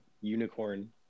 unicorn